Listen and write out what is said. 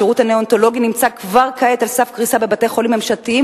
השירות הנאונטולוגי נמצא כבר כעת על סף קריסה בבתי-החולים הממשלתיים,